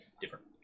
different